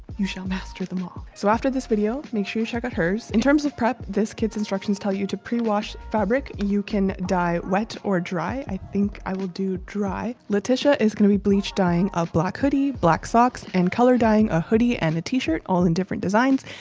you shall master them all. so after this video, make sure you check out hers. in terms of prep, this kit's instructions tell you to pre-wash fabric. you can dye wet or dry. i think i will do dry letitia is gonna be bleach dyeing a black hoodie, black socks, and color dyeing a hoodie and a t-shirt all in different designs.